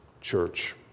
church